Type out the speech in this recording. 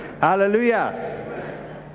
Hallelujah